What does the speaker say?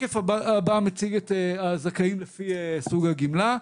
מציג את הזכאים לפי סוג הגמלה.